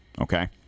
Okay